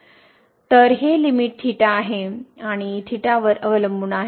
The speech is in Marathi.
तर हे लिमिट आहे आणि वर अवलंबून आहे